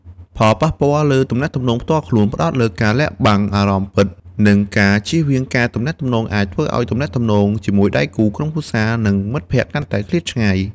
ផលប៉ះពាល់លើទំនាក់ទំនងផ្ទាល់ខ្លួន ផ្តោតលើការលាក់បាំងអារម្មណ៍ពិត និងការជៀសវាងការទំនាក់ទំនងអាចធ្វើឱ្យទំនាក់ទំនងជាមួយដៃគូ ក្រុមគ្រួសារ និងមិត្តភក្តិកាន់តែឃ្លាតឆ្ងាយ។